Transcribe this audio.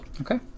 Okay